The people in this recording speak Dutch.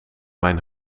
mijn